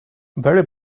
very